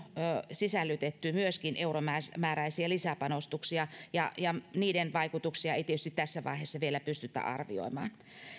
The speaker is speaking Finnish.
sisällytetty myöskin euromääräisiä lisäpanostuksia ja niiden vaikutuksia ei tietysti tässä vaiheessa vielä pystytä arvioimaan